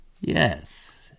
Yes